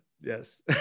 Yes